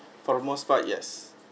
for the most part yes